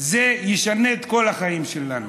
זה ישנה את כל החיים שלנו.